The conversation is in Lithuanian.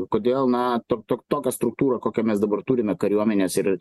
kodėl na to to tokia struktūra kokią mes dabar turime kariuomenės ir